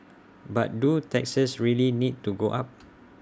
but do taxes really need to go up